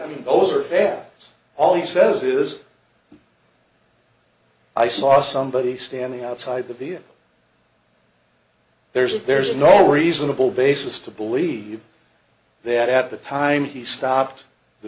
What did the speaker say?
i mean those are veils all he says is i saw somebody standing outside the bia there's there's no reasonable basis to believe that at the time he stopped the